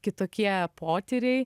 kitokie potyriai